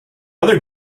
other